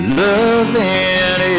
loving